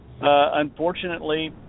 unfortunately